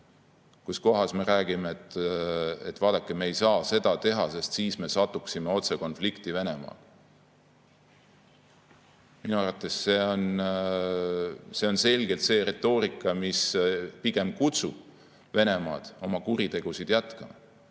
kus kohas me räägime, et vaadake, me ei saa seda teha, sest siis me satuksime otse konflikti Venemaaga. Minu arvates see on selgelt see retoorika, mis pigem kutsub Venemaad oma kuritegusid jätkama.